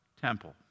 temple